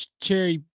cherry